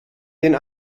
den